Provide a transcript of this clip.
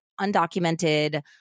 undocumented